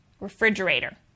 refrigerator